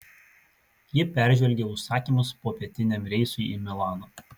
ji peržvelgė užsakymus popietiniam reisui į milaną